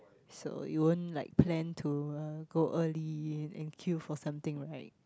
so you won't like plan to uh go early and queue for something right